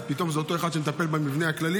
אז פתאום זה אותו אחד שמטפל במבנה הכללי